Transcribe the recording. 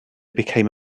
became